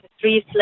three